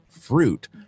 fruit